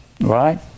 Right